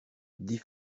dix